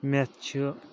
مؠتھ چھِ